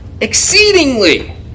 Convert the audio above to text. exceedingly